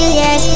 yes